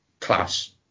class